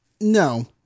No